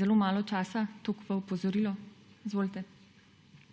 zelo malo časa. Toliko v opozorilo. Izvolite.